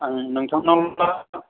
आं नोंथांनाव